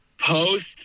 post